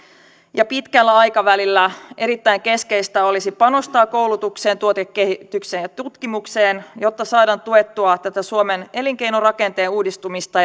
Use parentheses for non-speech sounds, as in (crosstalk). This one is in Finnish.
ja pitkällä aikavälillä erittäin keskeistä olisi panostaa koulutukseen tuotekehitykseen ja tutkimukseen jotta saadaan tuettua tätä suomen elinkeinorakenteen uudistumista (unintelligible)